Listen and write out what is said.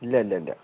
ഇല്ല ഇല്ല ഇല്ലാ